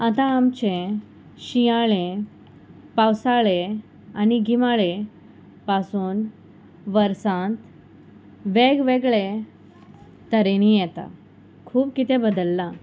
आतां आमचें शियाळें पावसाळें आनी गिमाळें पासून वर्सांत वेगवेगळे तरेनी येता खूब कितें बदल्लां